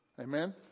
Amen